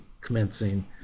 commencing